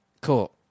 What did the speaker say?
Cool